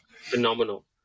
Phenomenal